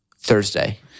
Thursday